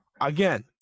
Again